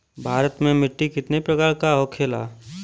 भारत में मिट्टी कितने प्रकार का होखे ला?